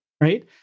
Right